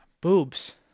Boobs